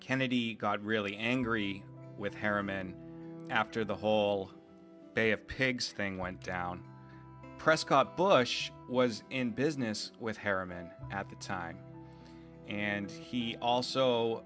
kennedy got really angry with harriman after the whole bay of pigs thing went down prescott bush was in business with harriman at the time and he also